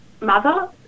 mother